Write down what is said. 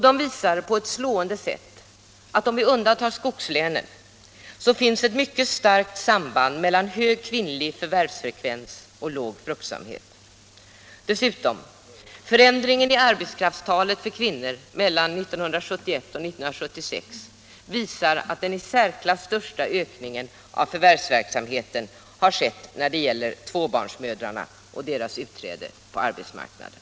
De visar på ett slående sätt att det, om vi undantar skogslänen, finns ett mycket starkt samband mellan hög kvinnlig förvärvsfrekvens och låg fruktsamhet. Förändringen i arbetskraftstalet för kvinnor mellan 1971 och 1976 visar dessutom att den i särklass största ökningen av förvärvsverksamheten har skett när det gäller tvåbarnsmödrarna och deras utträde på arbetsmarknaden.